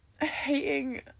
hating